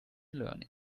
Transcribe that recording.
learning